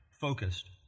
focused